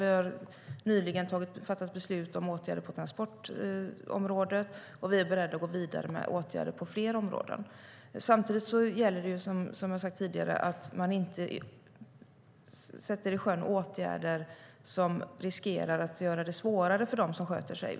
Vi har nyligen fattat beslut om åtgärder på transportområdet, och vi är beredda att gå vidare med åtgärder på fler områden. Samtidigt gäller det, som jag har sagt tidigare, att man inte sjösätter åtgärder som riskerar att göra det svårare för dem som sköter sig.